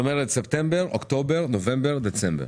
זאת אומרת: ספטמבר, אוקטובר, נובמבר ודצמבר.